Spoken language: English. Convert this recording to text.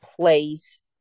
place